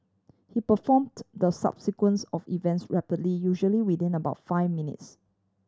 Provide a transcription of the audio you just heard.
he performed the subsequence of events rapidly usually within about five minutes